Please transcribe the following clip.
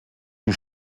die